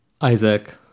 Isaac